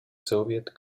soviet